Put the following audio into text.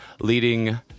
leading